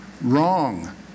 wrong